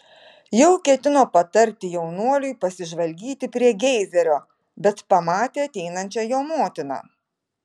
jau ketino patarti jaunuoliui pasižvalgyti prie geizerio bet pamatė ateinančią jo motiną